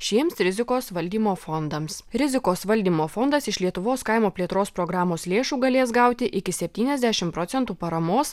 šiems rizikos valdymo fondams rizikos valdymo fondas iš lietuvos kaimo plėtros programos lėšų galės gauti iki septyniasdešimt procentų paramos